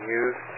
use